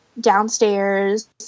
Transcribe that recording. downstairs